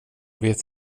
vet